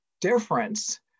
difference